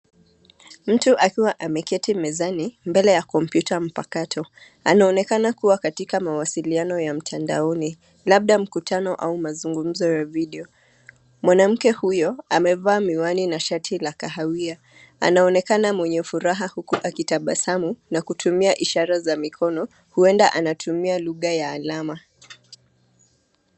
Mtu akiwa ameketi mezani mbele ya kompyuta mpakato, anaonekana kuwa katika mawasiliano ya mtandaoni, labda mkutano au mazungumzo ya video. Mwanamke huyo, amevaa miwani na shati la kahawia anaonekana mwenye furaha huku akitabasamu na kutumia ishara za mikono, huenda anatumia lugha ya alama.